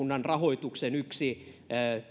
rahoituksen yksi